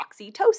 oxytocin